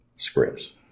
scripts